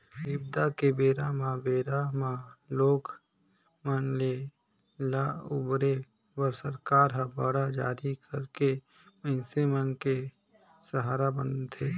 बिबदा के बेरा म बेरा म लोग मन के ल उबारे बर सरकार ह बांड जारी करके मइनसे मन के सहारा बनथे